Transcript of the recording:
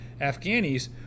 Afghanis